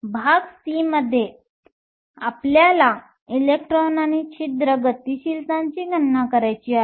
भाग c मध्ये आपल्याला इलेक्ट्रॉन आणि छिद्र गतिशीलतांची गणना करायची आहे